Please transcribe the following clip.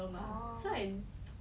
oh